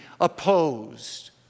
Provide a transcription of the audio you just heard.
opposed